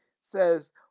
says